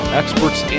experts